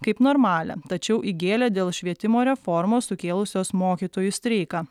kaip normalią tačiau įgėlė dėl švietimo reformos sukėlusios mokytojų streiką